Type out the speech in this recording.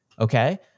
okay